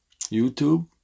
YouTube